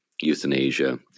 euthanasia